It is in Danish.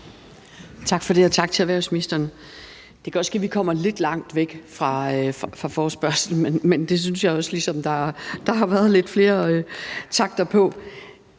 Tak for det, og tak til erhvervsministeren. Det kan godt ske, at vi kommer lidt langt væk fra forespørgslen, men det synes jeg ligesom også der har været lidt flere takter på.